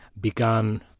began